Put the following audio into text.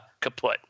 kaput